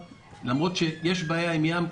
למרות שיש בעיה עם הים,